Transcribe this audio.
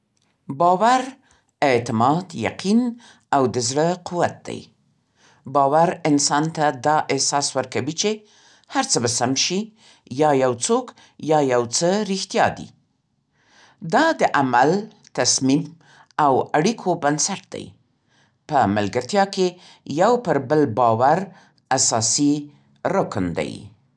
باور اعتماد، یقین او د زړه قوت دی. باور انسان ته دا احساس ورکوي چې هر څه به سم شي، یا یو څوک یا یو څه رښتیا دي. دا د عمل، تصمیم او اړیکو بنسټ دی. په ملګرتیا کې یو پر بل باور اساسي رکن دی.